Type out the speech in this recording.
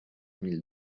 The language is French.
mille